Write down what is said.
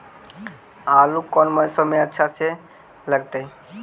आलू कौन मौसम में अच्छा से लगतैई?